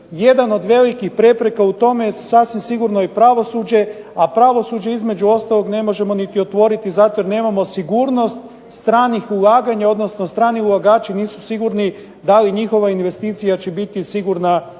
Jedan od velikih prepreka u tome je sasvim sigurno pravosuđe, a pravosuđe između ostalog ne možemo niti otvoriti zato jer nemamo sigurnost stranih ulaganja, odnosno strani ulagači nisu sigurni da li njihova investicija će biti sigurna ovdje